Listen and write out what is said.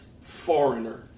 foreigner